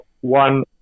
one